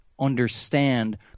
understand